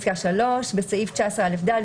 בסעיף 19א(ד),